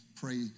Pray